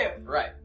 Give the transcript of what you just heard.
Right